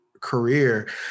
career